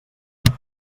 web